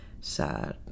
sad